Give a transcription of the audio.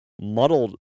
muddled